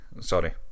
Sorry